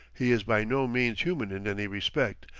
he is by no means human in any respect,